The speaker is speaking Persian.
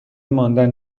ماندن